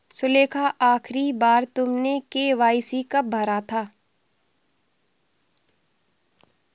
सुलेखा, आखिरी बार तुमने के.वाई.सी कब भरा था?